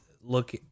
look